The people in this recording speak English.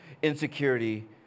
insecurity